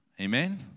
Amen